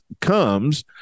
comes